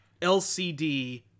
LCD